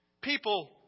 People